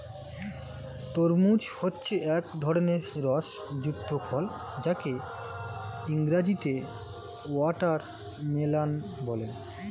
তরমুজ হচ্ছে এক ধরনের রস যুক্ত ফল যাকে ইংরেজিতে ওয়াটারমেলান বলে